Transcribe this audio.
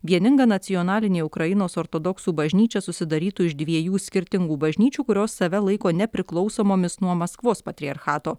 vieninga nacionalinė ukrainos ortodoksų bažnyčia susidarytų iš dviejų skirtingų bažnyčių kurios save laiko nepriklausomomis nuo maskvos patriarchato